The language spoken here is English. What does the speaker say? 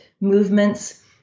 movements